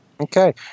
Okay